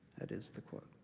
that is the quote.